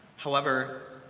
however,